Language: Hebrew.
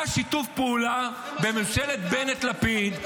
היה שיתוף פעולה בין ממשלת בנט לפיד.